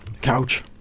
Couch